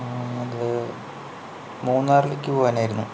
ആ അത് മൂന്നാറിലേക്ക് പോകാനായിരുന്നു